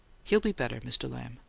he'll be better, mr. lamb.